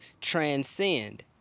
transcend